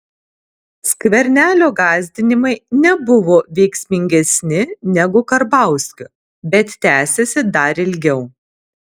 skvernelio gąsdinimai nebuvo veiksmingesni negu karbauskio bet tęsėsi dar ilgiau